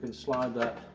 slide that